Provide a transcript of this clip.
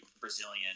Brazilian